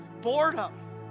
boredom